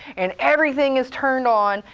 and everything is turned on,